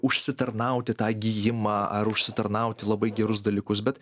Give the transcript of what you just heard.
užsitarnauti tą gijimą ar užsitarnauti labai gerus dalykus bet